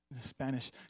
Spanish